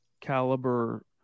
caliber